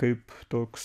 kaip toks